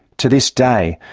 to this day,